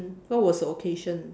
what was the occasion